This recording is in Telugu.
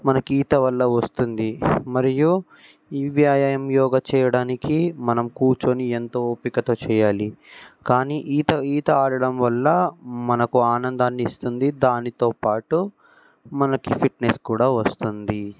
మనకి ఈత వల్ల వస్తుంది మరియు ఈ వ్యాయామం యోగా చేయడానికి మనం కూర్చోని ఎంతో ఓపికతో చేయాలి కానీ ఈత ఈత ఆడడం వల్ల మనకు ఆనందాన్ని ఇస్తుంది దానితో పాటు మనకి ఫిట్నెస్ కూడా వస్తుంది